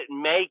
make